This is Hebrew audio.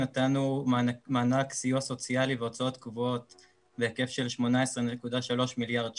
נתנו מענק סיוע סוציאלי והוצאות קבועות בהיקף של 18.3 מיליארד ₪.